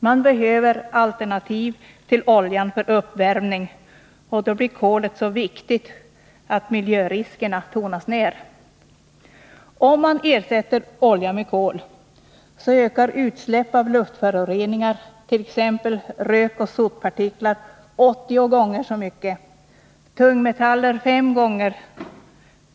Man behöver alternativ till oljan för uppvärmning, och då blir kolet så viktigt att miljöriskerna tonas ner. Om man ersätter olja med kol ökar utsläppen av luftföroreningar. Utsläppen av t.ex. rök och sotpartiklar blir 80 gånger så stora och av tungmetaller 5 gånger större.